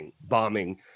bombing